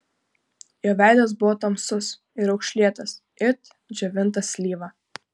jo veidas buvo tamsus ir raukšlėtas it džiovinta slyva